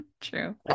True